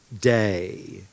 day